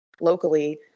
locally